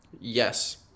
Yes